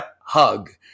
hug